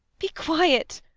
be quiet!